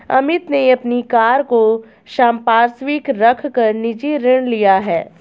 अमित ने अपनी कार को संपार्श्विक रख कर निजी ऋण लिया है